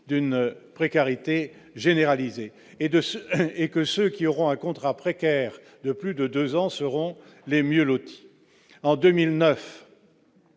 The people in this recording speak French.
d'une précarité généralisée et de ce et que ceux qui auront à contrat précaire de plus de 2 ans seront les mieux lotis : en 2009.